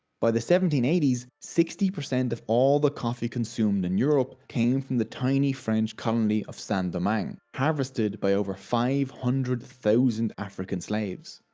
by the seventeen eighty s, sixty percent of all the coffee consumed in europe came from the tiny french colony of saint-domingue. harvested by over five hundred thousand african slaves.